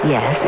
Yes